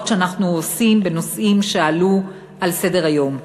שאנחנו עושים בנושאים שעלו על סדר-היום.